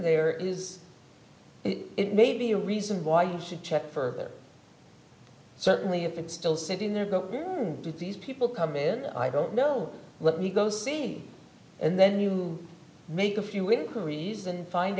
there is it may be a reason why you should check further certainly if it's still sitting there go to these people come in i don't know let me go scene and then you make a few with economies and find